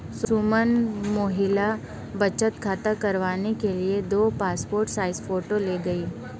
सुमन महिला बचत खाता करवाने के लिए दो पासपोर्ट साइज फोटो ले गई